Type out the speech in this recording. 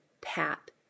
pap